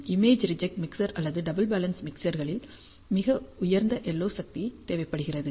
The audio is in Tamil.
இமேஜ் ரிஜெக்ட் மிக்சர் அல்லது டபிள் பேலன்ஸ் மிக்சர்களில் மிக உயர்ந்த LO சக்தி தேவைப்படுகிறது